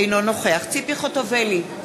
אינו נוכח ציפי חוטובלי,